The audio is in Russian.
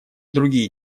другие